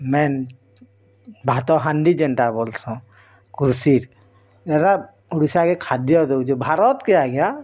main ଭାତ ହାଣ୍ଡି ଯେନ୍ତା ବଲୁଛ କୃଷି ଏରା ଓଡ଼ିଶାକେ ଖାଦ୍ୟ ଦେଉଛୁ ଭାରତ କେ ଆଜ୍ଞା